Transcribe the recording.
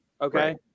Okay